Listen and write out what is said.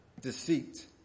deceit